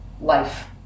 life